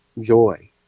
joy